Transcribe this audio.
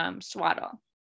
swaddle